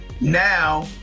now